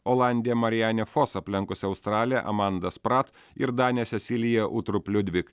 olandė marianė fos aplenkusi australę amandą sprat ir danė sesilija utrup liudvik